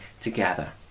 together